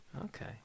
okay